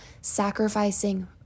sacrificing